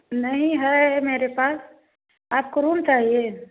नहीं है मेरे पास आपको रूम चाहिए